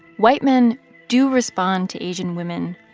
white men do respond to asian women,